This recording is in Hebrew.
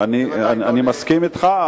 אני מסכים אתך,